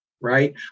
right